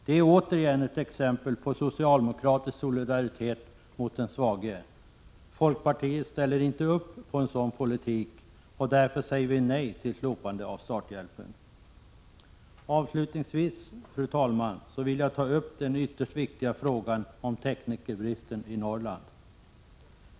Det är återigen ett exempel på socialdemokratisk solidaritet med de svaga. Folkpartiet ställer inte upp på en sådan politik, och därför säger vi nej till slopande av starthjälpen. Avslutningsvis, fru talman, vill jag ta upp den ytterst viktiga frågan om teknikerbristen i Norrland.